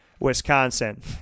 Wisconsin